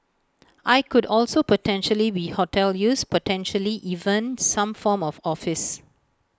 I could also potentially be hotel use potentially even some form of office